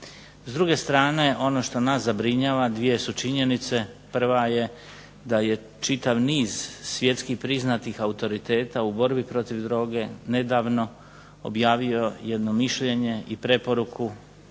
S druge strane ono što nas zabrinjava dvije su činjenice, prva je da je čitav niz svjetski priznatih autoriteta u borbi protiv droge nedavno objavio jedno mišljenje i preporuku